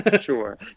Sure